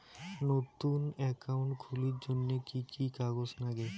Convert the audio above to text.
নতুন একাউন্ট খুলির জন্যে কি কি কাগজ নাগে?